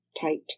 tight